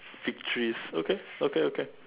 victories okay okay okay